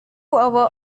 our